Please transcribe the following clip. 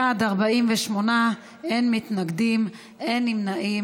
בעד, 48, אין מתנגדים, אין נמנעים.